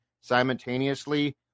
simultaneously